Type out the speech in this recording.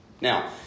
Now